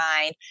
mind